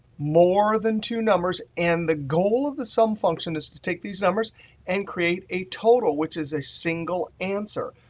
more than two numbers, and the goal of the sum function is to take these numbers and create a total, which is a single answer.